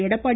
Edappadi